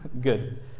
good